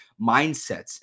mindsets